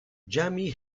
jamie